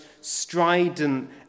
strident